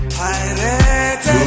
pirates